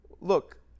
look